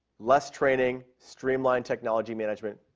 less training, streamline technology management.